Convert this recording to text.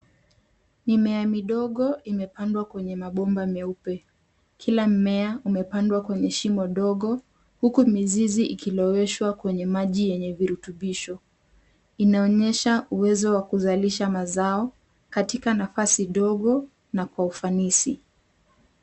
Mimea midogo imepandwa kwenye mabomba meupe. Kila mmea umepandwa kwenye shimo ndogo huku mizizi ikiloweshwa kwenye maji yenye virutubisho. Inaonyesha uwezo wa kuzalisha mazao katika nafasi ndogo na kwa ufanisi.